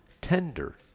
tender